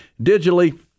digitally